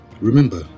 remember